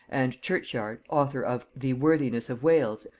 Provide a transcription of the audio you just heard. and churchyard, author of the worthiness of wales,